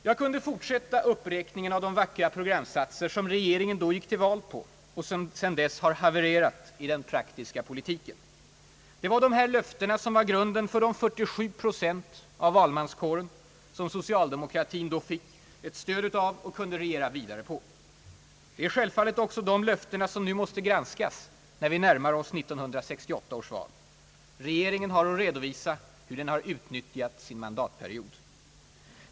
Jag kunde fortsätta uppräkningen av de vackra programsatser som regeringen då gick till val på och som sedan dess har havererat i den praktiska politiken. Det var de här löftena som var grunden för de 47 procent av valmanskåren som socialdemokratin då fick stöd av och kunde regera vidare på. Det är självfallet också de löftena som nu måste granskas när vi närmar oss 1968 års val. Regeringen har att redovisa hur den har utnyttjat sin mandatperiod.